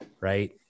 right